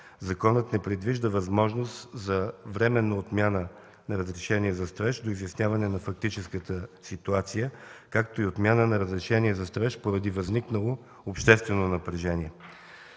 Законът не предвижда възможност за временна отмяна на разрешение за строеж до изясняване на фактическата ситуация, както и отмяна на разрешение за строеж поради възникнало обществено напрежение.